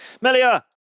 Melia